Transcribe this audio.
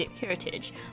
heritage